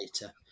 later